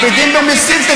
מכבידים במסים?